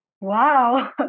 Wow